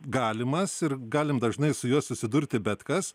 galimas ir galim dažnai su juo susidurti bet kas